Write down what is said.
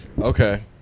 Okay